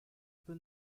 peu